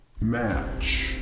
Match